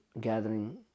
gathering